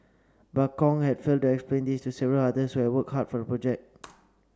but Kong had failed to explain this to several others who had worked hard for project